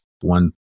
one